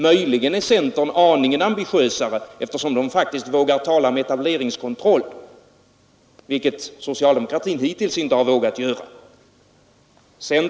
Möjligen är centern aningen ambitiösare, eftersom den faktiskt vågar tala om etableringskontroll, vilket socialdemokratin hittills inte har vågat göra.